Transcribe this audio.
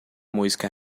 música